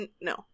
No